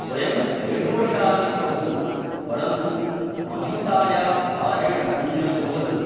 स्वयं वैभवशाली भवतु परन्तु अहंतायाः भारेण शून्यं भवतु